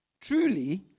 truly